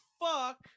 fuck